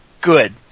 good